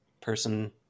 person